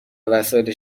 وسایل